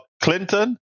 Clinton